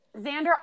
Xander